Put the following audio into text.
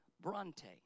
Bronte